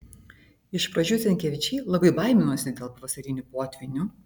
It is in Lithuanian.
iš pradžių zenkevičiai labai baiminosi dėl pavasarinių potvynių